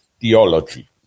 theology